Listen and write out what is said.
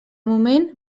moment